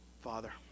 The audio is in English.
Father